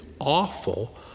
awful